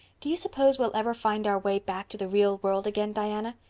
do you suppose we'll ever find our way back to the real world again, diana?